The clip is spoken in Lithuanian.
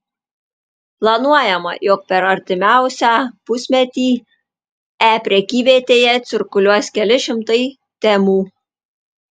planuojama jog per artimiausią pusmetį e prekyvietėje cirkuliuos keli šimtai temų